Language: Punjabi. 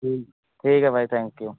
ਠੀ ਠੀਕ ਹੈ ਭਾਅ ਜੀ ਥੈਂਕ ਯੂ